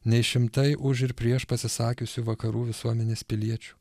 nei šimtai už ir prieš pasisakiusių vakarų visuomenės piliečių